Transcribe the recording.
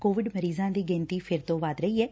Covid ਮਰੀਜ਼ਾਂ ਦੀ ਗਿਣਤੀ ਫਿਰ ਤੋਂ ਵੱਧ ਰਹੀ ਐ